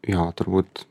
jo turbūt